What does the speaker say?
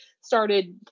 started